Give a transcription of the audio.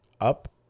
up